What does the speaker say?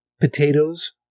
potatoes